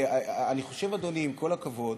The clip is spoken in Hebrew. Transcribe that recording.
אני חושב, אדוני, עם כל הכבוד,